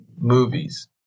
movies